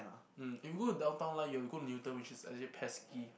mm if you go Downtown Line you have to go to Newton which is a little pesky